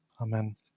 Amen